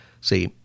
See